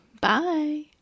Bye